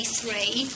three